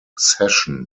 session